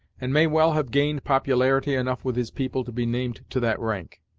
and may well have gained popularity enough with his people to be named to that rank.